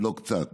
ולא קצת,